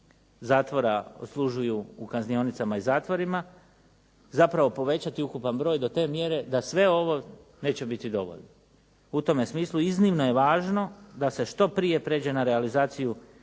zatvora odslužuju u kaznionicama i zatvorima zapravo povećati ukupan broj do te mjere da sve ovo neće biti dovoljno. U tom smislu iznimno je važno da se što prije prijeđe na realizaciju